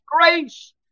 grace